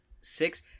Six